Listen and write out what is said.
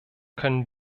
können